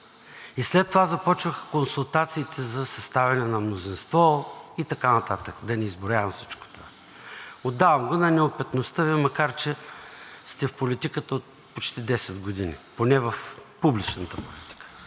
След това започваха консултациите за съставяне на мнозинство и така нататък, да не изброявам всичко. Отдавам го на неопитността Ви, макар че сте в политиката от почти десет години – поне в публичната политика.